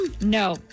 No